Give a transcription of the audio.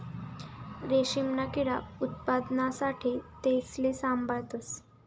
रेशीमना किडा उत्पादना साठे तेसले साभाळतस